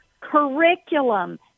curriculum